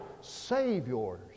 saviors